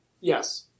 Yes